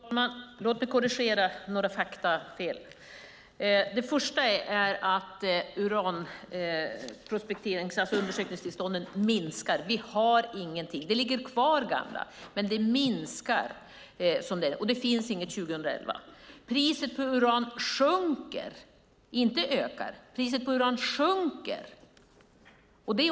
Fru talman! Låt mig korrigera ett par faktafel. För det första minskar undersökningstillstånden i antal. Vi har ingenting. Det ligger kvar gamla, men det minskar, och 2011 finns det ingenting. För det andra ökar inte priset på uran, utan sjunker i stället.